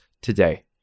today